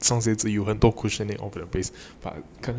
这双鞋子有很多 cushioning on the base ah 可能